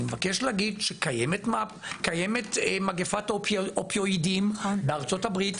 אני מבקש להגיד שקיימת מגפת אופיואידים בארצות-הברית,